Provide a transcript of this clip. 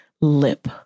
lip